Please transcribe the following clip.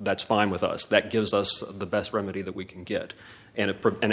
that's fine with us that gives us the best remedy that we can get and